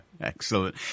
excellent